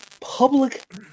public